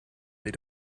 they